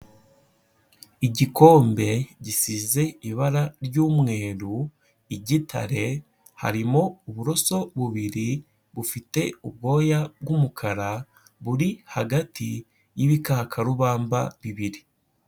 Igikombe gisize ibara ry'umweru, igitare harimo uburoso bubiri bufite ubwoya bw'umukara buri hagati y'ibikakarubamba bibiri.